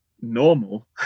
normal